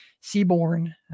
Seaborn